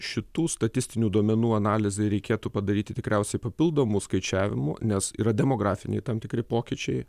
šitų statistinių duomenų analizei reikėtų padaryti tikriausiai papildomų skaičiavimų nes yra demografiniai tam tikri pokyčiai